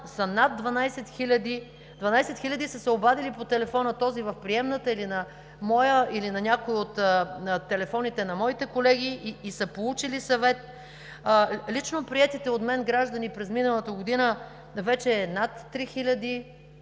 Дванадесет хиляди са се обадили по телефона – този в приемната или на моя, или на някой от телефоните на моите колеги, и са получили съвет. Лично приетите от мен граждани през миналата година са вече над три